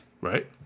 Right